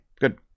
Good